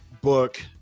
Book